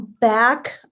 back